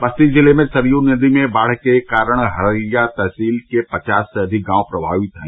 बस्ती जिले में सरयू नदी में बाढ़ के कारण हरैया तहसील के पचास से अविक गांव प्रमावित हैं